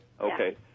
okay